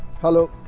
hello,